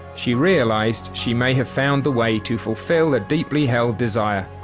she realized she may have found the way to fulfill a deeply held desire.